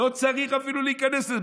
לא צריך אפילו להיכנס לזה.